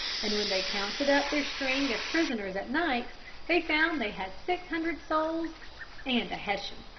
and when they counted up their string of prisoners at night they found they had six hundred souls and a hessian.